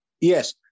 Yes